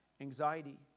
anxiety